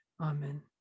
Amen